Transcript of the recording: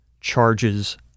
charges